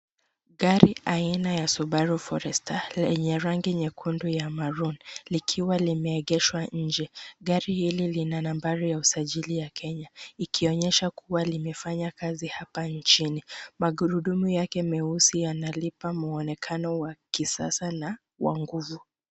Gari aina ya subaru forester lenye rangi nyekundu ya maroon likiwa limeegeshwa nje. Gari hili lina nambari ya usajili ya Kenya ikionyesha kuwa limefanya kazi hapa nchini. Magurudumu yake meusi yanalipa mwonekano wa kisasa na wa nguvu.